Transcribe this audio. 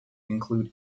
include